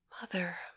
Mother